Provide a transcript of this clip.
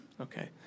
Okay